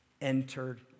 entered